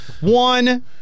One